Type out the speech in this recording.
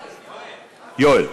יואל,